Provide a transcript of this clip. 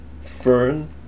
Fern